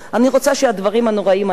אני רוצה שהדברים הנוראיים האלה,